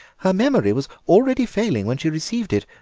her memory was already failing when she received it,